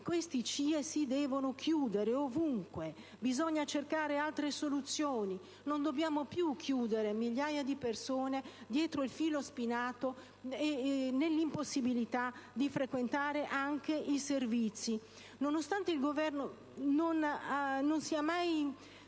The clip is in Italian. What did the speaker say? Questi CIE si devono chiudere ovunque: bisogna cercare altre soluzioni. Non dobbiamo più chiudere migliaia di persone dietro il filo spinato, nell'impossibilità di utilizzare anche i servizi. Nonostante il Governo non sia mai